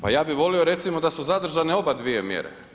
Pa ja bih volio, recimo da su zadržane oba dvije mjere.